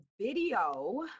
video